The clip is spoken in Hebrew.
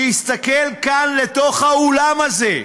שיסתכל כאן לתוך האולם הזה,